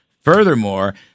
Furthermore